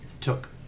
took